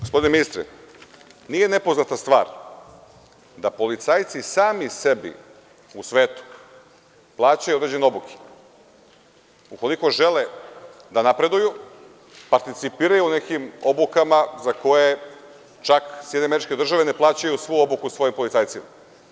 Gospodine ministre, nije nepoznata stvar da policajci sami sebi u svetu plaćaju određene obuke, ukoliko žele da napreduju, participiraju nekim obukama za koje čak SAD ne plaćaju svu obuku svojim policajcima.